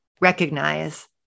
recognize